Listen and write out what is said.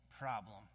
problem